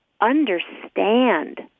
understand